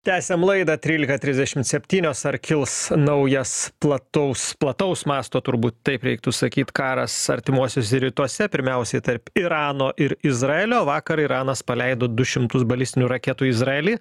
tęsiam laidą trylika trisdešimt septynios ar kils naujas plataus plataus masto turbūt taip reiktų sakyt karas artimuosiuose rytuose pirmiausiai tarp irano ir izraelio vakar iranas paleido du šimtus balistinių raketų izraely